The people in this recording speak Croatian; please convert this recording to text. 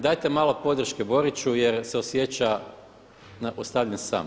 Dajte malo podrške Boriću jer se osjeća ostavljen sam.